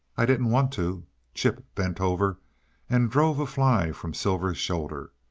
i didn't want to chip bent over and drove a fly from silver's shoulder.